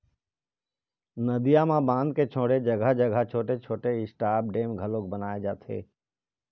नदियां म बांध के छोड़े जघा जघा छोटे छोटे स्टॉप डेम घलोक बनाए जाथे